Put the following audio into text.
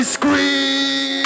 scream